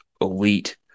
elite